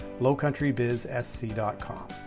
lowcountrybizsc.com